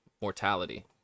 Mortality